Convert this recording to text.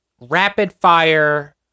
rapid-fire